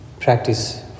practice